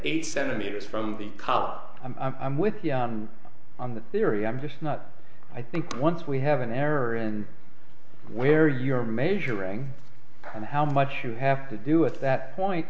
eight centimeters from the cot i'm with you on the theory i'm just not i think once we have an error in where you're measuring and how much you have to do at that point